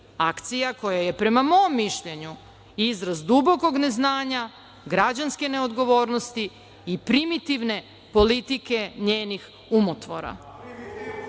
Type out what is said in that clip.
Akcija koja je, prema mom mišljenju, izraz dubokog neznanja, građanske ne odgovornosti i primitivne politike njenih umotvora“.Samo